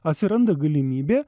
atsiranda galimybė